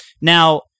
Now